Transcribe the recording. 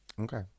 okay